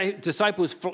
disciples